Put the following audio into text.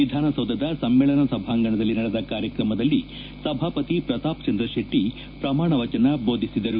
ವಿಧಾನಸೌಧದ ಸಮ್ಮೇಳನ ಸಭಾಂಗಣದಲ್ಲಿ ನಡೆದ ಕಾರ್ಯಕ್ರಮದಲ್ಲಿ ಸಭಾಪತಿ ಪ್ರತಾಪ ಚಂದ್ರ ಶೆಟ್ಟಿ ಪ್ರಮಾಣ ವಚನ ಬೋಧಿಸಿದರು